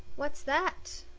what's that?